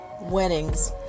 Weddings